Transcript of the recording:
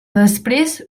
després